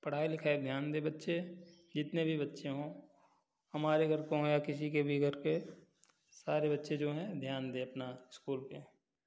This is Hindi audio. पढ़ाई लिखाई में ध्यान दे बच्चे जितने भी बच्चे हो हमारे घर के हो या किसी के भी घर के सारे बच्चे जो हैं ध्यान दें अपना इस्कूल पर